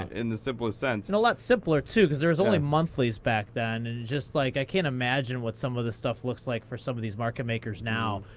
in the simplest sense. and a lot simpler, too, cause there was only monthlies back then. and just like i can't imagine what some of this stuff looks like for some of these market makers now,